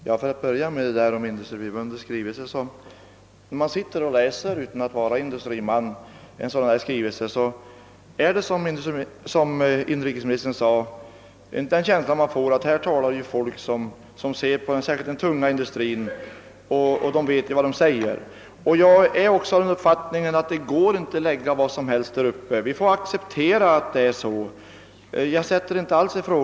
Herr talman! Jag vill till att börja med framhålla att den som inte är indu striman av Industriförbundets skrivelse får det intrycket — vilket även inrikesministern sade — att de som för fattat den verkligen särskilt känner till den tunga industrin. Också jag har den uppfattningen att det inte är möjligt att förlägga vilka industrier som helst uppe i dessa trakter och att vi måste acceptera att det är så.